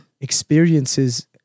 Experiences